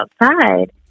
outside